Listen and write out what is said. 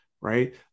Right